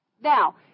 Now